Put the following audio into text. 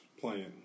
playing